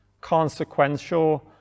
consequential